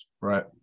right